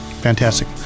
fantastic